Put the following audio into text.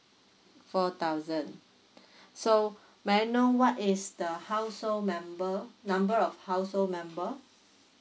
four thousand so may I know what is the household member number of household member